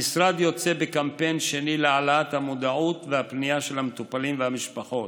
המשרד יוצא בקמפיין שני להעלאת המודעות והפנייה של המטופלים והמשפחות.